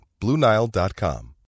BlueNile.com